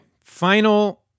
final